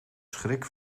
schrik